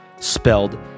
spelled